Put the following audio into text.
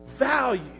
Value